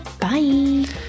Bye